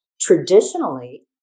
traditionally